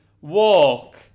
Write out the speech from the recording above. Walk